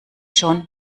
schon